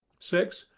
six.